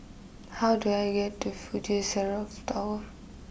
how do I get to Fuji Xerox Tower